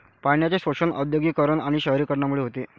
पाण्याचे शोषण औद्योगिकीकरण आणि शहरीकरणामुळे होते